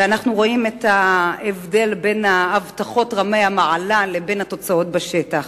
ואנחנו רואים את ההבדל בין ההבטחות של רמי המעלה לבין התוצאות בשטח.